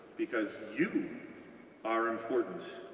because you are important.